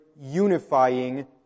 unifying